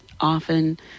often